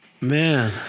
Man